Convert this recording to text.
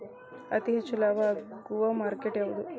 ಅತಿ ಹೆಚ್ಚು ಲಾಭ ಆಗುವ ಮಾರ್ಕೆಟ್ ಯಾವುದು?